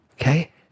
Okay